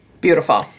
Beautiful